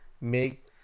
Make